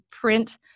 print